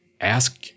ask